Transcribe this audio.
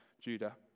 Judah